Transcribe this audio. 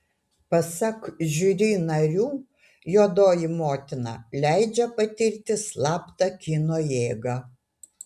pasak žiuri narių juodoji motina leidžia patirti slaptą kino jėgą